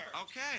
Okay